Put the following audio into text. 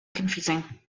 confusing